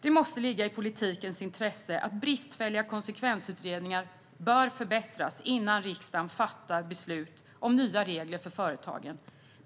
Det måste ligga i politikens intresse att bristfälliga konsekvensutredningar förbättras innan riksdagen fattar beslut om nya regler för företagen.